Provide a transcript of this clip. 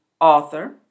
author